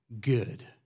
good